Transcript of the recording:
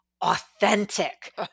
Authentic